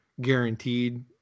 guaranteed